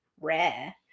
rare